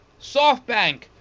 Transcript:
SoftBank